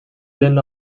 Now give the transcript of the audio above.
been